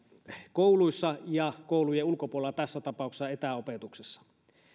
kouluissa ja koulujen ulkopuolella tässä tapauksessa etäopetuksessa